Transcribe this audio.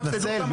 תסבסדו את המדף.